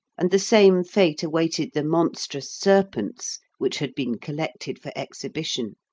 and the same fate awaited the monstrous serpents which had been collected for exhibition.